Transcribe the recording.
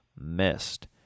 missed